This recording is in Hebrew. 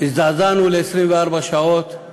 הזדעזענו ל-24 שעות.